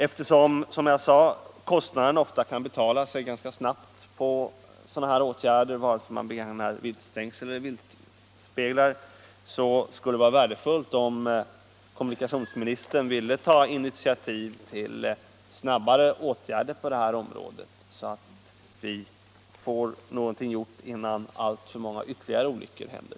Eftersom, som jag sade, kostnaden för sådana åtgärder betalar sig själv ganska snabbt, vare sig man begagnar viltstängsel eller viltspeglar, skulle det vara värdefullt om kommunikationsministern ville ta initiativ till snabbare åtgärder på detta område, så att vi får något gjort innan alltför många ytterligare olyckor händer.